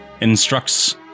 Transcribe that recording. instructs